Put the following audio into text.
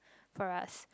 for us